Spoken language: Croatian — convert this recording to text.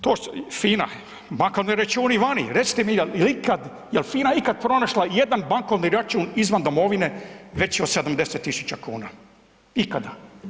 To su, FINA, bankovni računi vani, recite mi jel ikad, jel FINA ikad pronašla jedan bankovni račun izvan domovine veći od 70.000 kuna, ikada?